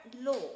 law